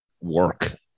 work